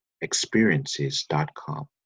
experiences.com